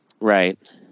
right